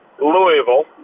Louisville